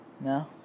no